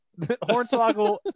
Hornswoggle